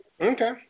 Okay